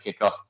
kickoff